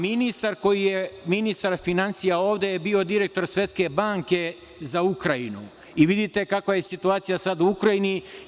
Ministar finansija ovde je bio direktor Svetske banke za Ukrajinu i vidite kakva je situacija sada u Ukrajini.